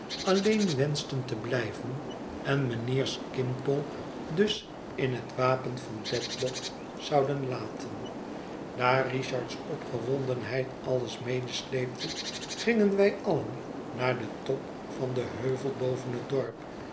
alleen wensghten te blijven en mijnheer skimpole dus in ïéffwapen van dedlock zouden laten daar richard's opgewondenheid alles medesleepte gingen wij allen naar den top van den heuvel boven het dorp